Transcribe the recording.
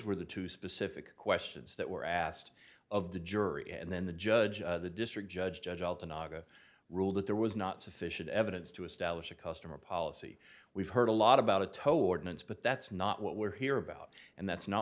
were the two specific questions that were asked of the jury and then the judge the district judge judge alton aga ruled that there was not sufficient evidence to establish a customer policy we've heard a lot about a tow ordinance but that's not what we're here about and that's not